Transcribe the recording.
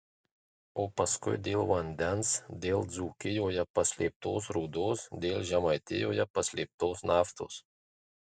o paskui dėl vandens dėl dzūkijoje paslėptos rūdos dėl žemaitijoje paslėptos naftos